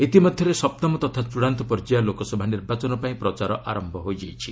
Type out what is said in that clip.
ଇତିମଧ୍ୟରେ ସପ୍ତମ ତଥା ଚୂଡ଼ାନ୍ତ ପର୍ଯ୍ୟାୟ ଲୋକସଭା ନିର୍ବାଚନ ପାଇଁ ପ୍ରଚାର ଆରମ୍ଭ ହୋଇଯାଇଛି